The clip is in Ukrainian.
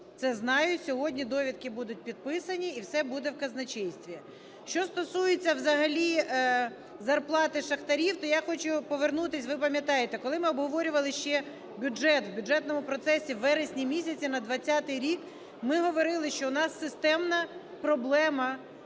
це знаю. Сьогодні довідки будуть підписані і все буде в Казначействі. Що стосується зарплати шахтарів, то я хочу повернутися. Ви пам'ятаєте, коли ми обговорювали бюджет, в бюджетному процесі в вересні місяці на 20-й рік ми говорили, що в нас системна проблема